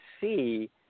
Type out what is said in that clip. see